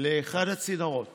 לאחד הצינורות